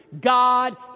God